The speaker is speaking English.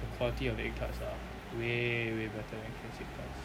the quality of the egg tarts are way way better than K_F_C egg tarts